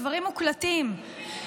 הדברים מוקלטים,